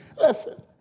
Listen